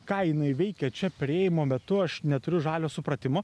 ką jinai veikia čia perėjimo metu aš neturiu žalio supratimo